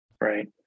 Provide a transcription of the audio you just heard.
Right